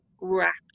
wrapped